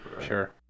Sure